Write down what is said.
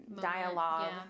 dialogue